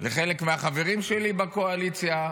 לחלק מהחברים שלי בקואליציה: